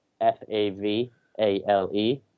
F-A-V-A-L-E